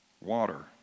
water